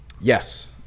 yes